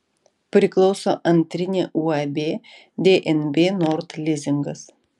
priklauso antrinė uab dnb nord lizingas